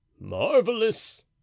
Marvelous